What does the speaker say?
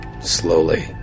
slowly